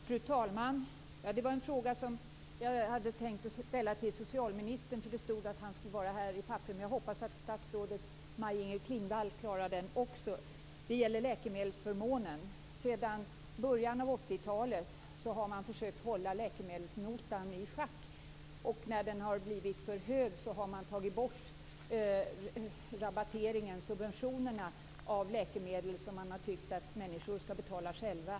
Fru talman! Det är en fråga som jag hade tänkt att ställa till socialministern. Det stod här i papperen att han skulle komma. Jag hoppas att statsrådet Maj Inger Klingvall klarar att svara på den. Frågan gäller läkemedelsförmånen. Sedan början av 80-talet har man försökt att hålla läkemedelsnotan i schack. När den har blivit för hög har man tagit bort subventionerna av läkemedel som man har tyckt att människor skall betala själva.